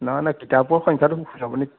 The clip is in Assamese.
নহয় নহয় কিতাপৰ সংখ্যাতো কৈছোঁ আপুনি